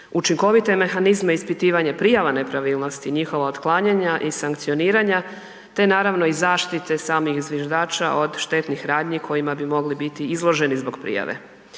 učinkovite mehanizme ispitivanje prijava nepravilnosti i njihova otklanjanja i sankcioniranja te naravno i zaštite samih zviždača od štetnih radnji kojima bi mogli biti izloženi zbog prijave.